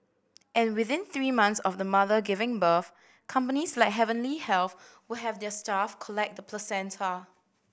and within three months of the mother giving birth companies like Heavenly Health will have their staff collect the placenta